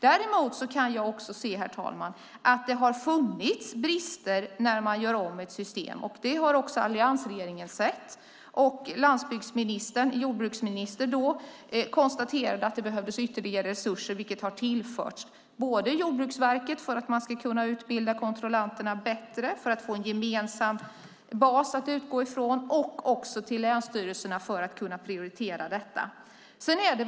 Däremot kan också jag, herr talman, se att det har funnits brister när system gjorts om. Det har också alliansregeringen sett. Landsbygdsministern - jordbruksministern då - konstaterade i det här fallet att det behövdes ytterligare resurser. Sådana har tillförts både Jordbruksverket, så att man bättre kan utbilda kontrollanterna och för att få en gemensam bas att utgå från, och länsstyrelserna för att detta ska kunna prioriteras.